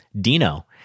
Dino